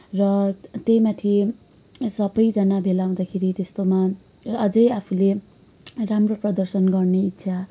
र त्यहीमाथि सबैजना भेला हुँदाखेरि त्यस्तोमा अझै आफूले राम्रो प्रदर्शन गर्ने इच्छा